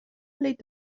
les